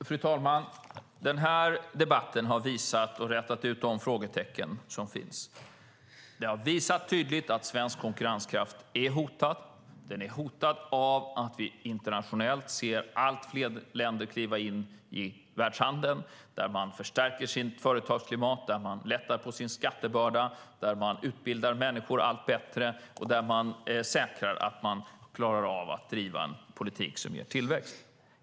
Fru talman! Den här debatten har rätat ut de frågetecken som finns och tydligt visat att svensk konkurrenskraft är hotad av att vi internationellt ser allt fler länder kliva in i världshandeln, där man förstärker sitt företagsklimat, där man lättar på sin skattebörda, där man utbildar människor allt bättre och där man säkrar att man klarar av att driva en politik som ger tillväxt.